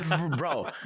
Bro